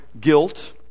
guilt